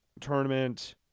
Tournament